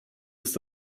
ist